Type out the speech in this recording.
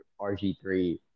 RG3